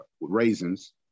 raisins